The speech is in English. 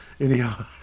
Anyhow